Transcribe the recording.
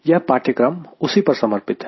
यह पाठ्यक्रम उसी पर समर्पित है